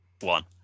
one